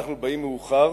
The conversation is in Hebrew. אנחנו באים מאוחר